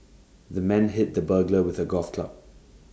the man hit the burglar with A golf club